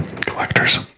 Collectors